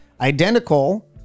Identical